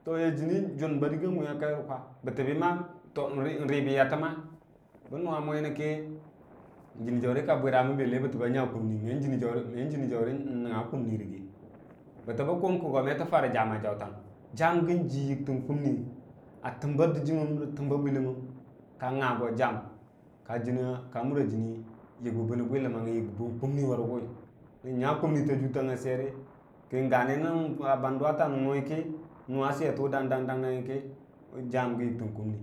to yai jənni juu ba a dəggi muya kai rə kwa n'rəba yo ma bən muwa mo yəni kə jənni jaurə ka bwirrmən bətəbə ba nya me jənni jaurə n'nanga kuwərəgə bətəbə kuwum kə go me tə, farə jam a jautang jam gə yiktən kumni a təmba dijimən rə təmba bwilləmmən ka nngə go jam ka mura jənni yiktən kumni rə bwiləmanniyu bənən nya kumin ta jutang nga swerrə kən gana banduwa ta nunu kə n'nuwa swetə wu dang dangngi kə.